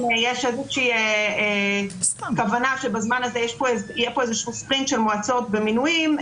אם יש איזושהי כוונה שבזמן הזה יהיה פה איזשהו ספין של מועצות במינויים,